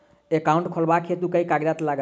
Account खोलाबक हेतु केँ कागज लागत?